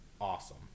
Awesome